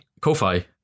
Kofi